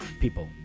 people